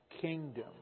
kingdom